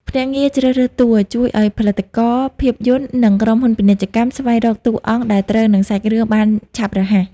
ភ្នាក់ងារជ្រើសរើសតួ ជួយឱ្យផលិតករភាពយន្ត និងក្រុមហ៊ុនពាណិជ្ជកម្មស្វែងរកតួអង្គដែលត្រូវនឹងសាច់រឿងបានឆាប់រហ័ស។